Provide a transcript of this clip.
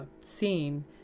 scene